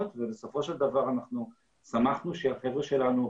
ובסופו של דבר אנחנו שמחנו שהחבר'ה שלנו,